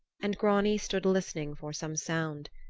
and grani stood listening for some sound.